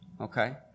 Okay